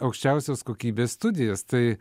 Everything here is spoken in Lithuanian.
aukščiausios kokybės studijas tai